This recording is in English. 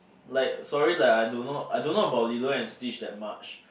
like sorry that I don't know I don't know about Lilo and Stitch that much